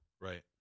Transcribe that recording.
Right